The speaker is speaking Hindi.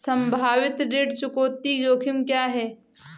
संभावित ऋण चुकौती जोखिम क्या हैं?